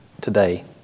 today